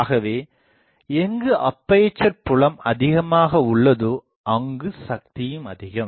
ஆகவே எங்கு அப்பேசர் புலம் அதிகமாக உள்ளதோ அங்கு சக்தியும் அதிகம்